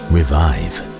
Revive